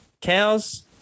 Cows